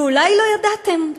ואולי לא ידעתם,